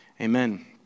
amen